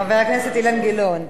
חבר הכנסת אילן גילאון,